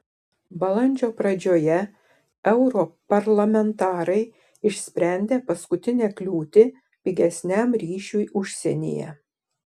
balandžio pradžioje europarlamentarai išsprendė paskutinę kliūtį pigesniam ryšiui užsienyje